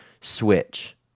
switch